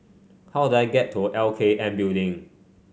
how do I get to L K N Building